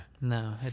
No